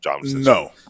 No